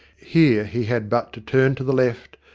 here he had but to turn to the left,